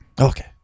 okay